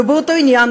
ובאותו עניין,